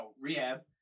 rehab